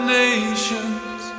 nations